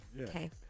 Okay